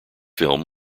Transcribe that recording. film